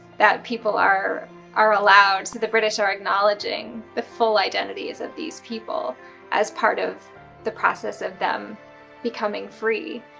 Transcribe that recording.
that people are are allowed, so the british are acknowledging the full identities of these people as part of the process of them becoming free.